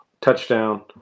touchdown